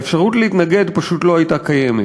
האפשרות להתנגד פשוט לא הייתה קיימת.